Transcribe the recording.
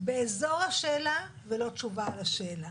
באזור השאלה ולא תשובה על השאלה.